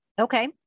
Okay